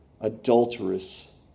adulterous